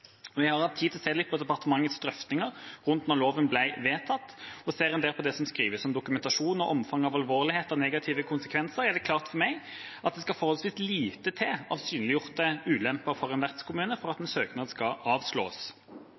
har hatt tid til å se litt på departementets drøftinger rundt dette da loven ble vedtatt. Ser en der på det som skrives om dokumentasjon og omfanget av alvorlighet og negative konsekvenser, er det klart for meg at det skal forholdsvis lite til av synliggjorte ulemper for en vertskommune for at en søknad skal avslås.